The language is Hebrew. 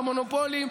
במונופולים,